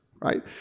right